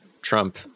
Trump